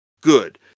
good